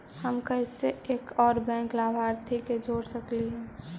हम कैसे एक और बैंक लाभार्थी के जोड़ सकली हे?